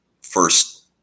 first